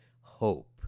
hope